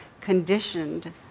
conditioned